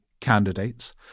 candidates